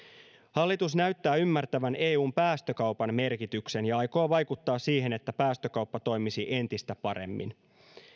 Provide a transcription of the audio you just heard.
hallitus näyttää ymmärtävän eun päästökaupan merkityksen ja aikoo vaikuttaa siihen että päästökauppa toimisi entistä paremmin